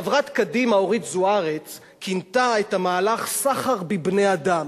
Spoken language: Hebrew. חברת קדימה אורית זוארץ כינתה את המהלך "סחר בבני-אדם".